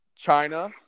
China